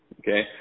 okay